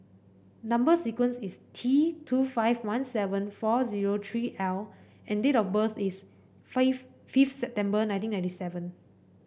number sequence is T two five one seven four zero three L and date of birth is fifth September nineteen ninety seven